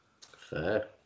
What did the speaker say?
Fair